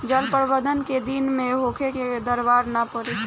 जल प्रबंधन केय दिन में होखे कि दरार न पड़ी?